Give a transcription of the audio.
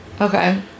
Okay